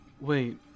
Wait